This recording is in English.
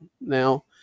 now